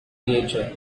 creature